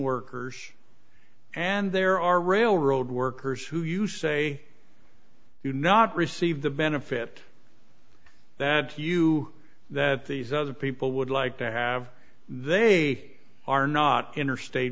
workers and there are railroad workers who you say do not receive the benefit that you that these other people would like to have they are not interstate